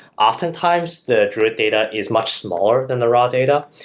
oftentimes the druid data is much smaller than the raw data.